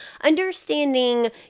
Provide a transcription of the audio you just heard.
understanding